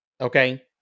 Okay